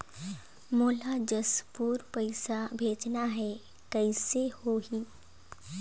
मोला जशपुर पइसा भेजना हैं, कइसे होही?